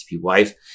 wife